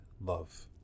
love